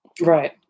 Right